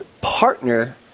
partner